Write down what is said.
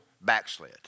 backslid